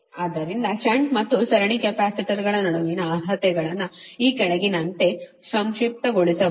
ಆದ್ದರಿಂದ ಷಂಟ್ ಮತ್ತು ಸರಣಿ ಕೆಪಾಸಿಟರ್ಗಳ ನಡುವಿನ ಅರ್ಹತೆಗಳನ್ನು ಈ ಕೆಳಗಿನಂತೆ ಸಂಕ್ಷಿಪ್ತಗೊಳಿಸಬಹುದು